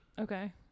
Okay